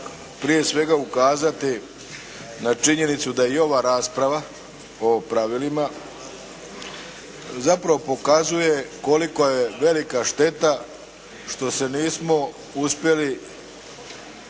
prije svega ukazati na činjenicu da je i ova rasprava o pravilima zapravo pokazuje koliko je velika šteta što se nismo uspjeli u